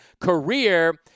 career